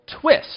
twist